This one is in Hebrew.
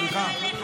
סליחה.